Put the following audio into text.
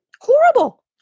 Horrible